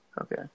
okay